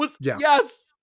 Yes